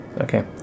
okay